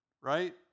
right